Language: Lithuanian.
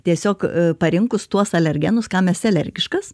tiesiog parinkus tuos alergenus kam esi alergiškas